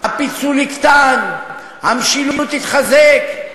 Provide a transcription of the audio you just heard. הפיצול יקטן, המשילות תתחזק,